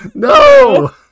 No